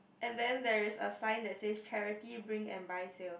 and then there is a sign that says charity bring and buy sale